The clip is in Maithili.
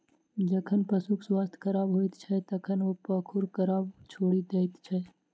जखन पशुक स्वास्थ्य खराब होइत छै, तखन ओ पागुर करब छोड़ि दैत छै